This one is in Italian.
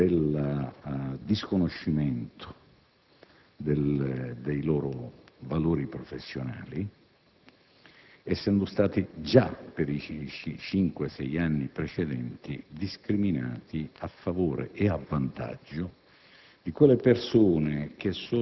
nel senso del disconoscimento dei loro valori professionali. Tra l'altro, erano stati già, nei cinque-sei anni precedenti, discriminati a favore e a vantaggio